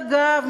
ואגב,